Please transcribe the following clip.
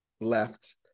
left